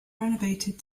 renovated